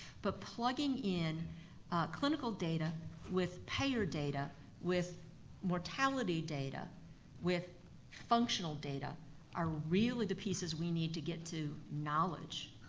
but plugging in clinical data with payer data with mortality data with functional data are really the pieces we need to get to knowledge.